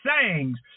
sayings